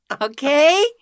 Okay